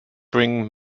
bring